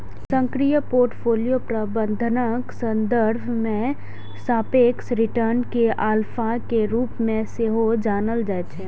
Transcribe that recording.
सक्रिय पोर्टफोलियो प्रबंधनक संदर्भ मे सापेक्ष रिटर्न कें अल्फा के रूप मे सेहो जानल जाइ छै